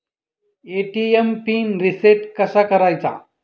ATM pin reset कसा करायचा?